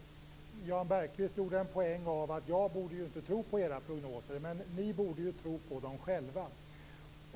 Jan Bergqvist gjorde en poäng av att jag inte borde tro på era prognoser, men ni själva borde ju tro på dem.